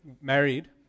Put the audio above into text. married